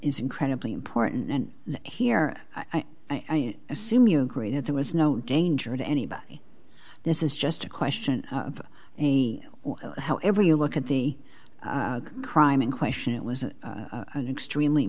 is incredibly important here i assume you agree that there was no danger to anybody this is just a question of how ever you look at the crime in question it was an extremely